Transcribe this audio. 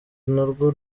narwo